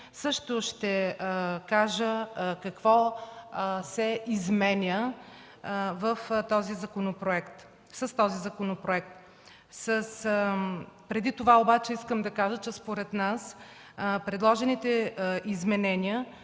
също ще кажа какво се изменя с този законопроект. Преди това искам да кажа, че предложените изменения